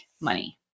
money